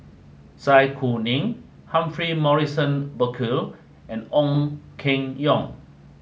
Zai Kuning Humphrey Morrison Burkill and Ong Keng Yong